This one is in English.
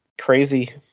crazy